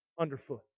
underfoot